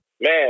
Man